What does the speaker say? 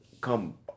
come